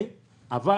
אבל